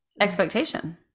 expectation